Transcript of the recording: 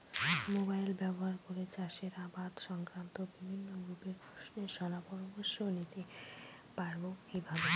Mobile ব্যাবহার করে চাষের আবাদ সংক্রান্ত বিভিন্ন প্রশ্নের শলা পরামর্শ নিতে পারবো কিভাবে?